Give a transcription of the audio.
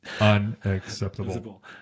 Unacceptable